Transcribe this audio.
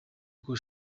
uko